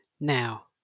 now